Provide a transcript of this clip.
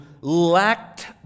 lacked